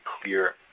clear